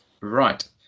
Right